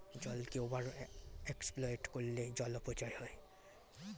জলকে over exploit করলে জল অপচয় হয়